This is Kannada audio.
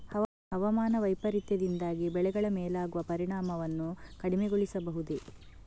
ಹವಾಮಾನ ವೈಪರೀತ್ಯದಿಂದಾಗಿ ಬೆಳೆಗಳ ಮೇಲಾಗುವ ಪರಿಣಾಮವನ್ನು ಕಡಿಮೆಗೊಳಿಸಬಹುದೇ?